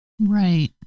Right